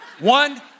One